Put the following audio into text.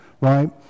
right